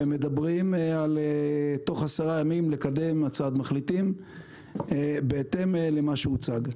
ומדברים על תוך 10 ימים לקדם הצעת מחליטים בהתאם למה שהוצג.